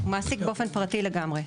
הוא מעסיק באופן פרטי לגמרי.